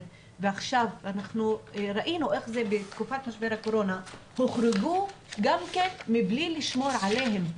ועכשיו ראינו בתקופת משבר הקורונה שהוחרגו מבלי לשמור עליהם,